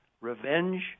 revenge